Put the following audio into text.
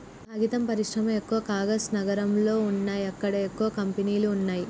కాగితం పరిశ్రమ ఎక్కవ కాగజ్ నగర్ లో వున్నాయి అక్కడ ఎక్కువ కంపెనీలు వున్నాయ్